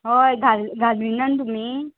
हय घाल घालिनान तुमी